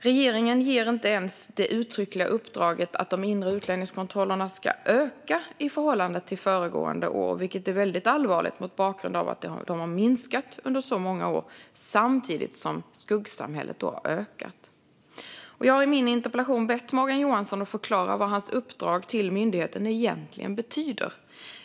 Regeringen ger inte ens det uttryckliga uppdraget att de inre utlänningskontrollerna ska öka i förhållande till föregående år, vilket är väldigt allvarligt mot bakgrund av att de har minskat under så många år - samtidigt som skuggsamhället har ökat. Jag har i min interpellation bett Morgan Johansson att förklara vad hans uppdrag till myndigheten egentligen betyder.